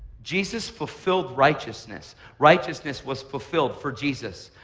jesus fulfilled righteousness. righteousness was fulfilled for jesus.